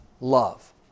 love